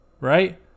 right